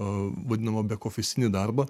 vadinamą bekofisinį darbą